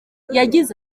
yagize